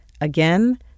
Again